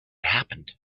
happened